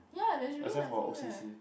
yah theres really nothing there